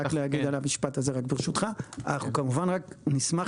אנחנו כמובן נשמח,